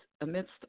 amidst